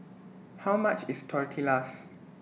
How much IS Tortillas